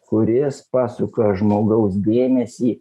kuris pasuka žmogaus dėmesį